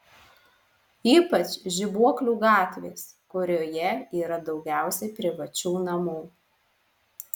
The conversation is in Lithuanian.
ypač žibuoklių gatvės kurioje yra daugiausiai privačių namų